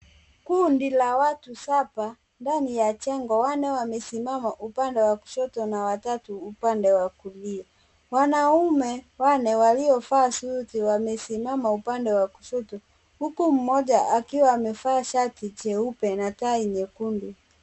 Kundi la watu sabaa ndani ya jengo. Wanne wamesimama upande wa kushoto na watatu upande wa kulia. Wanaume wanne waliovaa suti wamesimama upande wa kushoto huku mmoja akiwa amevaa shati jeupe na tai nyekundu.